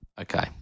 Okay